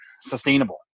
sustainable